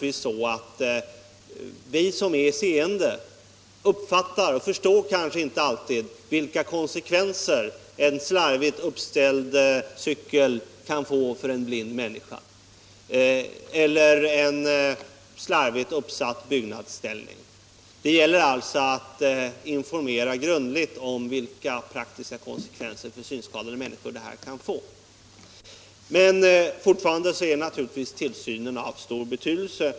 Vi som är seende förstår kanske inte alltid vilka konsekvenser en slarvigt uppställd cykel eller en slarvigt uppställd byggnadsställning kan få för en blind människa. Det gäller alltså att grundligt informera om de praktiska konsekvenser för synskadade som detta kan få. Men fortfarande är naturligtvis tillsynen av stor betydelse.